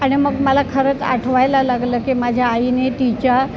आणि मग मला खरंच आठवायला लागलं की माझ्या आईने तिच्या